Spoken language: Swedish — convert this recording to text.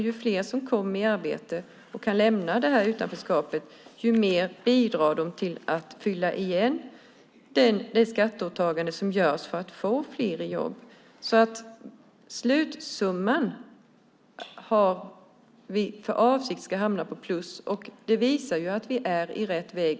Ju fler som kommer i arbete och kan lämna detta utanförskap, desto mer bidrar de till att fylla igen det skatteåtagande som görs för att få fler i jobb. Vi har för avsikt att slutsumman ska hamna på plus.